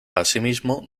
asimismo